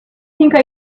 think